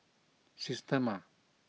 Systema